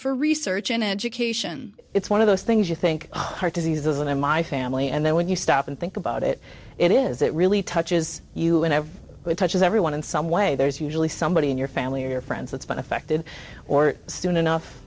for research and education it's one of those things you think heart disease isn't in my family and then when you stop and think about it it is it really touches you and it touches everyone in some way there's usually somebody in your family or friends that's been affected or soon enough